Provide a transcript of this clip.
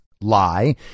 lie